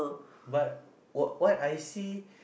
but what what I see